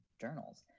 journals